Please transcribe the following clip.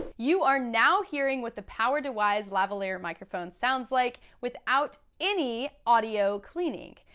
you are now hearing what the powerdewise lavalier microphone sounds like without any audio cleaning.